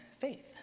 faith